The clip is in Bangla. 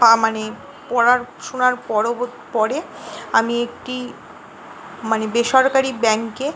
পা মানে পড়ারশুনার পরবর পরে আমি একটি মানে বেসরকারি ব্যাংকে